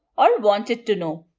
or wanted to know.